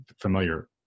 familiar